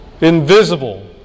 invisible